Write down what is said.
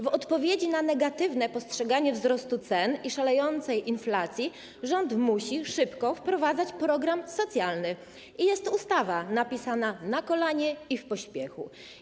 W odpowiedzi na negatywne postrzeganie wzrostu cen i szalejącej inflacji rząd musi szybko wprowadzać program socjalny i jest ustawa napisana na kolanie i w pośpiechu.